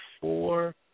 four